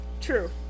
True